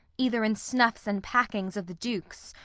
either in snuffs and packings of the dukes,